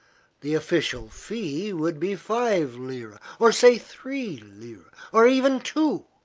the official fee would be five lira or say three lira or even two.